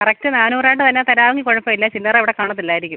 correct നാന്നൂറായിട്ട് തന്നെ തരാമെങ്കിൽ കുഴപ്പമില്ല ചില്ലറ അവിടെ കാണത്തില്ലായിരിക്കും